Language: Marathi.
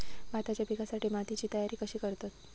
भाताच्या पिकासाठी मातीची तयारी कशी करतत?